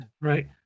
Right